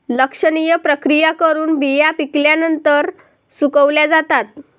लक्षणीय प्रक्रिया करून बिया पिकल्यानंतर सुकवल्या जातात